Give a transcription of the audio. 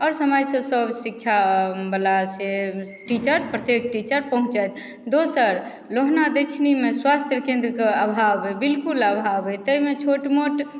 आओर समयसँ सभ शिक्षावला से टीचर प्रत्येक टीचर पहुँचय दोसर लोहना दक्षिणीमे स्वास्थ्य केन्द्रके अभाव अइ बिलकुल अभाव अइ ताहिमे छोट मोट